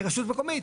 כרשות מקומית,